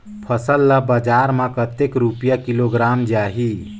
फसल ला बजार मां कतेक रुपिया किलोग्राम जाही?